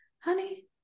honey